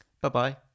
Bye-bye